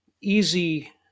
easy